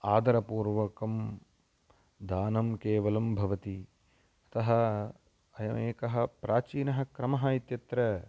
आदरपूर्वकं दानं केवलं भवति अतः अयमेकः प्राचीनः क्रमः इत्यत्र